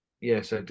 Yes